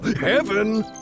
heaven